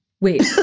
Wait